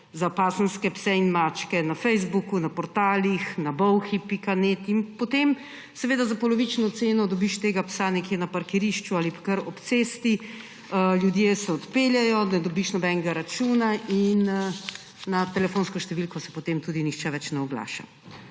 za pasemske pse in mačke na Facebooku, na portalih, na bolhi.net. In potem seveda za polovično ceno dobiš tega psa nekje na parkirišču ali kar ob cesti. Ljudje se odpeljejo, ne dobiš nobenega računa in na telefonsko številko se potem tudi nihče več ne oglaša.